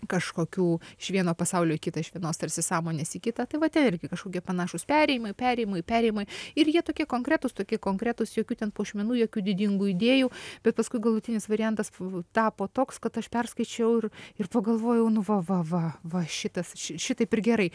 kažkokių iš vieno pasaulio į kitą iš vienos tarsi sąmonės į kitą tai vat irgi kažkokie panašūs perėjimai perėjimai perėjimai ir jie tokie konkretūs tokie konkretūs jokių ten puošmenų jokių didingų idėjų bet paskui galutinis variantas tapo toks kad aš perskaičiau ir ir pagalvojau nu va va va va šitas šitaip ir gerai